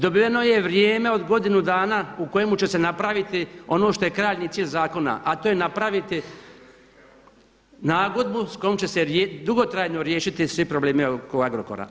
Dobiveno je vrijeme od godinu dana u kojemu će se napraviti ono što je krajnji cilj zakona, a to je napraviti nagodbu sa kojom će se dugotrajno riješiti svi problemi oko Agrokora.